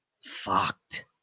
fucked